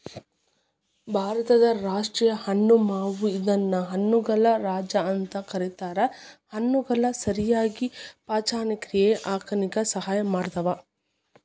ಭಾರತದ ರಾಷ್ಟೇಯ ಹಣ್ಣು ಮಾವು ಇದನ್ನ ಹಣ್ಣುಗಳ ರಾಜ ಅಂತ ಕರೇತಾರ, ಹಣ್ಣುಗಳು ಸರಿಯಾಗಿ ಪಚನಕ್ರಿಯೆ ಆಗಾಕ ಸಹಾಯ ಮಾಡ್ತಾವ